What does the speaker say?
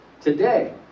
Today